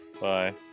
Bye